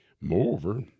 Moreover